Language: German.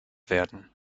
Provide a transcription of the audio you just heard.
werden